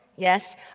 Yes